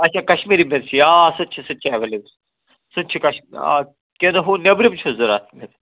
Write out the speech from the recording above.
اچھَا کشمیٖری مِرچی آ آ سُہ تہِ چھُ سُہ تہِ چھُ ایویلیبٕل سُہ تہِ چھُ آ کِنہٕ ہُہ نٮ۪برِم چھُس ضوٚرتھ